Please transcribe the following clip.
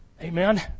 Amen